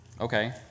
okay